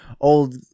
old